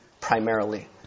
primarily